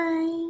Bye